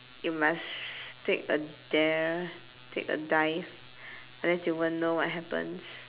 you must take a dare take a dive unless you won't know what happens